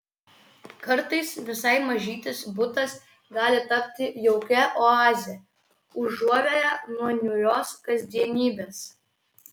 kartais visai mažytis butas gali tapti jaukia oaze užuovėja nuo niūrios kasdienybės